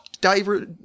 diver